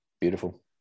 Beautiful